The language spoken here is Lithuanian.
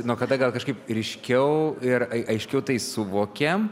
nuo kada gal kažkaip ryškiau ir ai aiškiau tai suvokiam